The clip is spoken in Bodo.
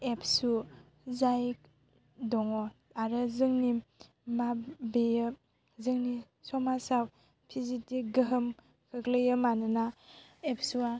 एबसु जाय दङ आरो जोंनि मा बेयो जोंनि समाजाव फि जि दि गोहोम गोग्लैयो मानोना एबसुया